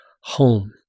home